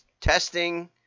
testing